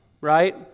Right